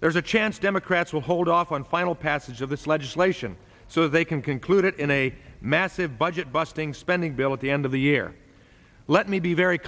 there's a chance democrats will hold off on final passage of this legislation so they can conclude it in a massive budget busting spending bill at the end of the year let me be very